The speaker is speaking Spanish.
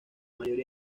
mayoría